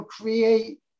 create